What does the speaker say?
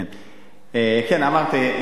כן, אמרתי.